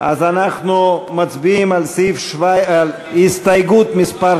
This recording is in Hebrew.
אז אנחנו מצביעים על הסתייגות מס'